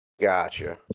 gotcha